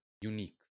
unique